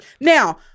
Now